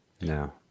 No